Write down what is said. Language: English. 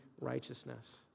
righteousness